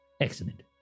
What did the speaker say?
Excellent